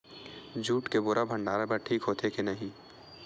Jute के बोरा भंडारण बर ठीक होथे के नहीं?